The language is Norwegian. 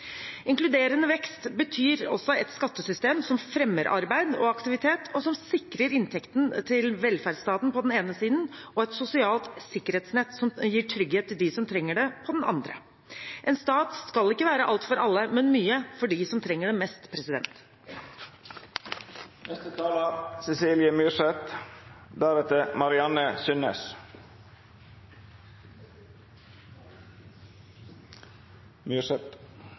Inkluderende vekst betyr også et skattesystem som fremmer arbeid og aktivitet, og som sikrer inntekten til velferdsstaten på den ene siden og et sosialt sikkerhetsnett som gir trygghet til dem som trenger det, på den andre. En stat skal ikke være alt for alle, men mye for dem som trenger det mest.